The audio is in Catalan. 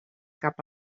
cap